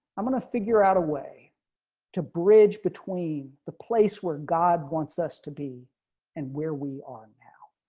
i'm going to figure out a way to bridge between the place where god wants us to be and where we are now.